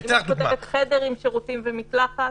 אם אני כותבת חדר עם שירותים ומקלחת